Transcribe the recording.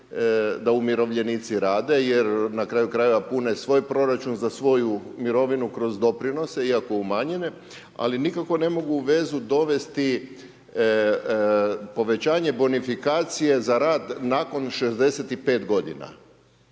da umirovljenici rade jer na kraju krajeva, pune svoj proračun za sviju mirovinu kroz doprinose iako umanjene ali nikako ne mogu vezu dovesti, povećanje bonifikacije za rad nakon 65 g.